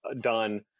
done